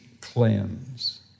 cleanse